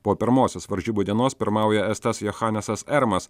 po pirmosios varžybų dienos pirmauja estas jochanesas ermas